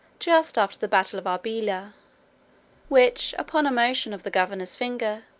just after the battle of arbela which, upon a motion of the governor's finger,